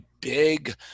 big